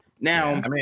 Now